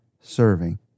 serving